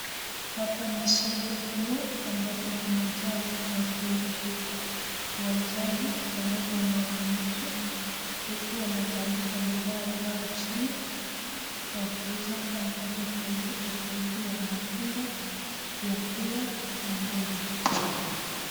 Hapa ni soko kubwa ambapo kumajaa watu wengi, wauzaji pamoja na wanunuzi huku wametandika bidhaa zao chini wakizuza aina tofauti tofauti ya matunda, vyakula na mboga.